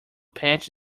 patch